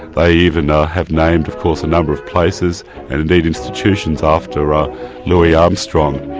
they even ah have named of course, a number of places and indeed institutions, after ah louis armstrong.